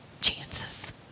chances